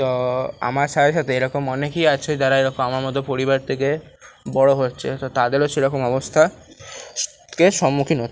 তো আমার সাথে সাথে এরকম অনেকই আছে যারা এরকম আমার মতো পরিবার থেকে বড়ো হচ্ছে তো তাদেরও সেরকম অবস্থা তে সম্মুখীন হতে হয়